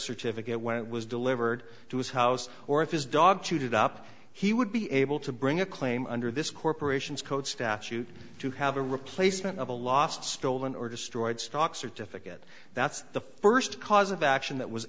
certificate when it was delivered to his house or if his dog chewed it up he would be able to bring a claim under this corporation's code statute to have a replacement of a lost stolen or destroyed stock certificate that's the first cause of action that was